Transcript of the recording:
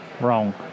wrong